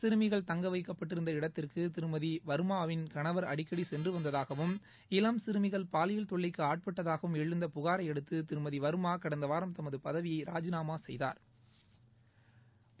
சிறுமிகள் தங்க வைக்கப்பட்டிருந்த இடத்திற்கு திருமதி வாமாவின் கணவர் அடிக்கடி சென்று வந்ததாகவும் இளம் சிறுமிகள் பாலியல் தொல்லைக்கு ஆட்பட்டதாகவும் எழுந்த புகாரை அடுத்து திருமதி வர்மா கடந்த வாரம் தமது பதவியை ராஜிநாமா செய்தாா்